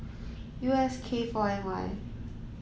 U S K four N Y